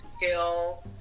Hill